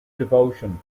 devotion